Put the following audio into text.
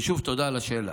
ושוב, תודה על השאלה.